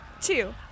two